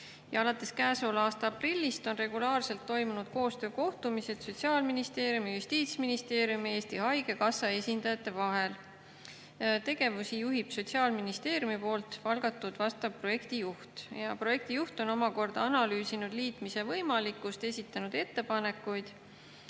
Alates käesoleva aasta aprillist on regulaarselt toimunud koostöökohtumised Sotsiaalministeeriumi, Justiitsministeeriumi ja Eesti Haigekassa esindajate vahel. Tegevusi juhib Sotsiaalministeeriumi palgatud projektijuht. Projektijuht on omakorda analüüsinud liitmise võimalikkust ning esitanud ettepanekuid,